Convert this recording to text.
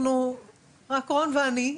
אנחנו רק רון ואני,